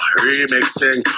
remixing